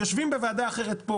יושבים בוועדה אחרת פה